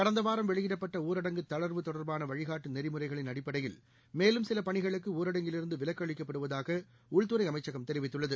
கடந்தவாரம்வெளியிடப்பட்டஊரடங்குதளர்வுதொடர்பானவழிகாட்டுநெ றிமுறைகளின்அடிப்படையில்மேலும்சிலபணிகளுக்குஊரடங்கில்இருந்துவிலக்கு அளிக்கப்படுவதாகஉள்துறைஅமைச்சகம்தெரிவித்துள்ளது